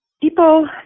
People